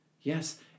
Yes